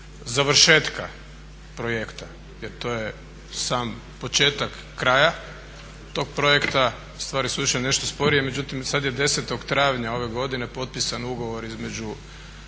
završetka projekta, jer to je sam početak kraja tog projekta. Stvari su išle nešto sporije, međutim sad je 10. travnja ove godine potpisan ugovor između